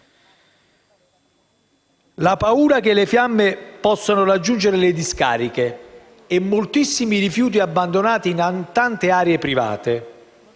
la paura che le fiamme possano raggiungere le discariche e moltissimi rifiuti abbandonati in tante aree private